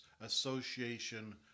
association